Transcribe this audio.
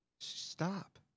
Stop